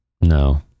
No